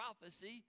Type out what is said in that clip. prophecy